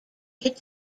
hit